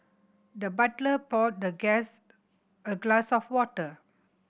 the butler poured the guest a glass of water